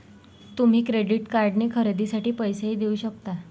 तुम्ही क्रेडिट कार्डने खरेदीसाठी पैसेही देऊ शकता